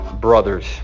brothers